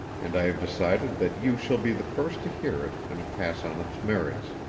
and i have decided that you shall be the first to hear it and pass on its merits.